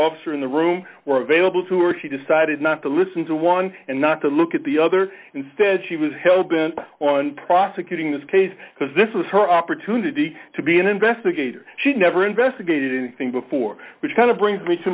officer in the room were available to or she decided not to listen to one and not to look at the other instead she was hell bent on prosecuting this case because this was her opportunity to be an investigator she never investigated anything before which kind of brings me to